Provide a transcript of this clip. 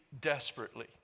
desperately